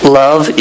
love